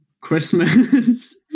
Christmas